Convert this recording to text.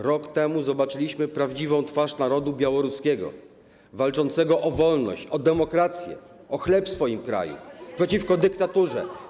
Rok temu zobaczyliśmy prawdziwą twarz narodu białoruskiego walczącego o wolność, o demokrację, o chleb w swoim kraju, przeciwko dyktaturze.